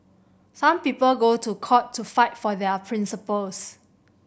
some people go to court to fight for their principles